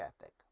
ethic